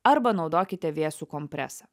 arba naudokite vėsų kompresą